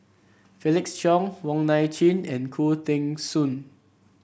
Felix Cheong Wong Nai Chin and Khoo Teng Soon